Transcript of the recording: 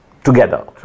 together